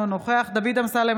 אינו נוכח דוד אמסלם,